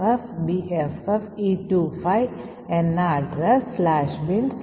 NX bit set ചെയ്തതുകൊണ്ട് മാത്രം ഈ അപ്ലിക്കേഷൻ പൂർത്തിയാകില്ല